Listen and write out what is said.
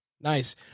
Nice